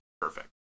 perfect